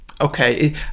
Okay